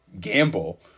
gamble